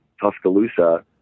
Tuscaloosa